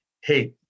hey